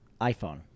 iPhone